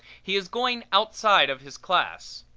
he is going outside of his class.